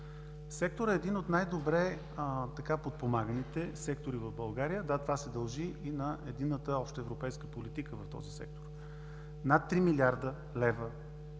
Секторът е един от най-добре подпомаганите сектори в България. Да, това се дължи и на единната обща европейска политика в този сектор. Над 3 млрд. лв.